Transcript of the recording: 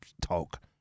talk